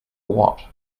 what